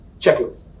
Checklist